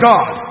God